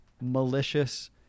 malicious